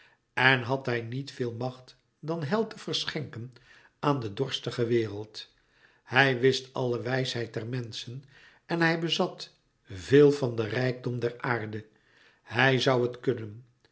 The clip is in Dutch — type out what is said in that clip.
en had hij niet véel macht dat heil te verschenken aan de dorstige wereld hij wist alle wijsheid der menschen en hij bezat veel van den rijkdom der aarde hij zoû het kunnen